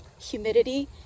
humidity